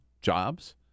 jobs